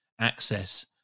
access